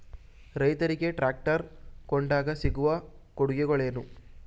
ರೈತರಿಗೆ ಟ್ರಾಕ್ಟರ್ ಕೊಂಡಾಗ ಸಿಗುವ ಕೊಡುಗೆಗಳೇನು?